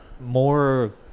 more